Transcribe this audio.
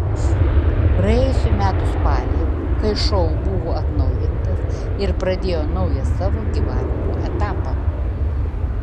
praėjusių metų spalį kai šou buvo atnaujintas ir pradėjo naują savo gyvavimo etapą